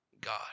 God